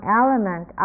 element